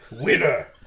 Winner